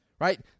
right